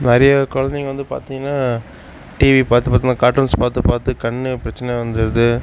நிறையா குழந்தைங்க வந்து பார்த்திங்கனா டிவி பார்த்து பார்த்து இந்த கார்ட்டூன்ஸ் பார்த்து பார்த்து கண் பிரச்சனை வந்துடுது